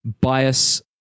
Bias